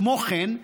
כמו כן,